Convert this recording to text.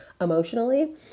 emotionally